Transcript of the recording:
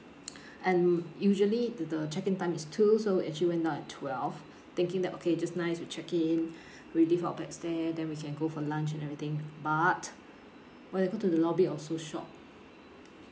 and usually the the check in time is two so we actually went down at twelve thinking that okay just nice to check in we leave our bags there then we can go for lunch and everything but when I go to the lobby I was so shocked